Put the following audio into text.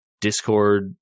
discord